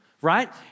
right